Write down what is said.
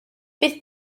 bydd